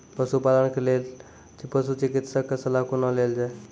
पशुपालन के लेल पशुचिकित्शक कऽ सलाह कुना लेल जाय?